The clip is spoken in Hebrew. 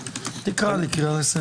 תקרא לי קריאה לסדר.